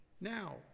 Now